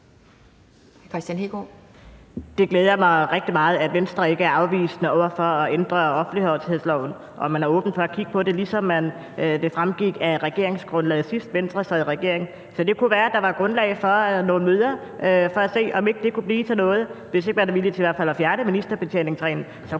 Det glæder mig rigtig meget, at Venstre ikke er afvisende over for at ændre offentlighedsloven, og at man er åben for at kigge på det, ligesom det fremgik af regeringsgrundlaget, sidst Venstre sad i regering. Så det kunne være, der var grundlag for nogle møder for at se, om ikke det kunne blive til noget. Hvis ikke man er villig til at fjerne ministerbetjeningsreglen,